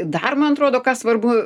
dar man atrodo ką svarbu